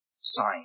sign